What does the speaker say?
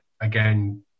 again